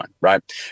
right